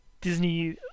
Disney